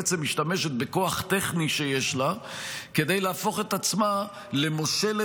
בעצם היא משתמשת בכוח טכני שיש לה כדי להפוך את עצמה למושלת-על,